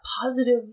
positive